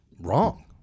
wrong